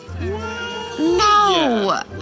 No